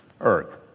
Earth